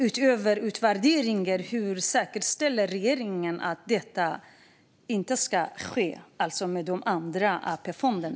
Utöver utvärderingen, hur säkerställer regeringen att detta ska ske med de andra AP-fonderna?